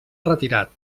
retirat